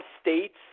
states